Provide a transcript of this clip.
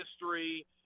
history